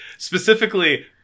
Specifically